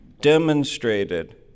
demonstrated